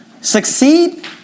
succeed